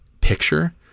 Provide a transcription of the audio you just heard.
picture